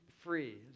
free